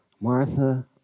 Martha